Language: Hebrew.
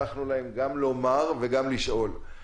שהבטחנו להם גם לומר וגם לשאול.